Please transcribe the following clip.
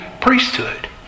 priesthood